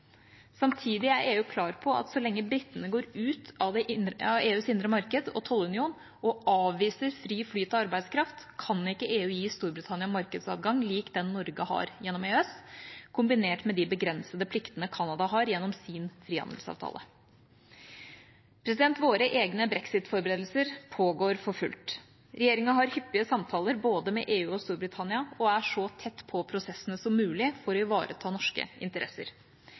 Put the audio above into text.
Samtidig er EU klar på at så lenge britene går ut av EUs indre marked og tollunion og avviser fri flyt av arbeidskraft, kan ikke EU gi Storbritannia markedsadgang lik den Norge har gjennom EØS, kombinert med de begrensede pliktene Canada har gjennom sin frihandelsavtale. Våre egne brexit-forberedelser pågår for fullt. Regjeringa har hyppige samtaler med både EU og Storbritannia og er så tett på prosessene som mulig for å ivareta norske interesser.